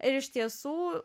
ir iš tiesų